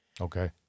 Okay